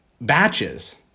Batches